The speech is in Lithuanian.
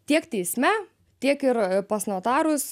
tiek teisme tiek ir pas notarus